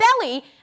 belly